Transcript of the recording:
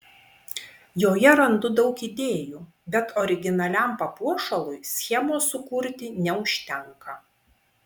joje randu daug idėjų bet originaliam papuošalui schemos sukurti neužtenka